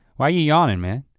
why are you yawning, man?